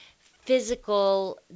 physical